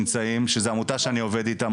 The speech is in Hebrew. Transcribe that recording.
שזו עמותה שאני עובד איתם,